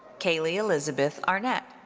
kaley elizabeth arnett.